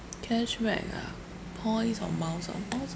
cashback ah points or miles ah miles